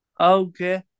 Okay